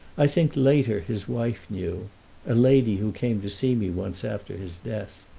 i think, later, his wife knew a lady who came to see me once after his death.